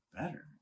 better